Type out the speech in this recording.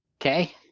Okay